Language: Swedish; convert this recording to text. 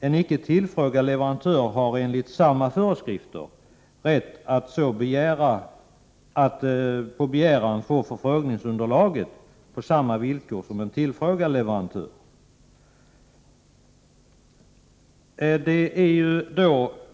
En icke tillfrågad leverantör har enligt samma föreskrifter rätt att på begäran få förfrågningsunderlaget på samma villkor som en tillfrågad leverantör.